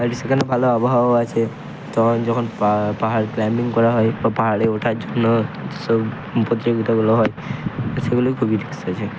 আর সেখানে ভালো আবহাওয়াও আছে তখন যখন পাহাড় ক্লাইম্বিং করা হয় বা পাহাড়ে ওঠার জন্য যেসব প্রতিযোগিতাগুলো হয় সেগুলোয় খুবই রিস্ক আছে